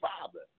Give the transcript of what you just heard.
Father